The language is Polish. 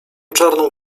czarną